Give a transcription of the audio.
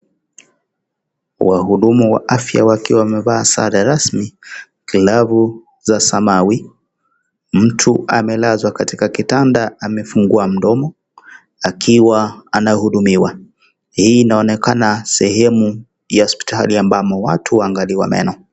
Wahudumu wa afya wakiwa wamevaa sare rasmi glavu za samawi. Mtu amelazwa katika kitanda amefungua mdomo akiwa anahudumiwa. Hii inaonekana sehemu ya hospitani ambamo watu huangaliwa meno.